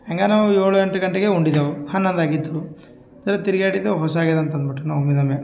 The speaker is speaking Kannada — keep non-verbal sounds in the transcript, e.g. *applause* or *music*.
ಹ್ಯಾಂಗ ನಾವು ಏಳು ಎಂಟು ಗಂಟೆಗೆ ಉಂಡಿದೆವು ಹನ್ನೊಂದು ಆಗಿತ್ತು ಸರಿ ತಿರ್ಗ್ಯಾಡಿದೆವ್ ಹೊಸಾಗ್ಯಾದ ಅಂತ ಅನ್ಬುಟ್ಟು ನಾವು *unintelligible*